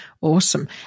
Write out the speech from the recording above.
Awesome